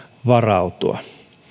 varautua